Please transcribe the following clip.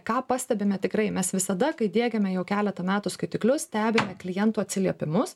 ką pastebime tikrai mes visada kai diegiame jau keletą metų skaitiklius stebime klientų atsiliepimus